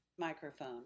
microphone